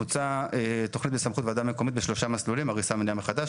מוצע תכנית סמכות ועדה מקומית בשלושה מסלולים: הריסה ובנייה מחדש,